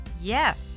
yes